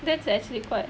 that's actually quite